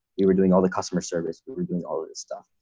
we were doing all the customer service, we were doing all of this stuff.